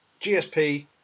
GSP